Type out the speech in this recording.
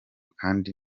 kandi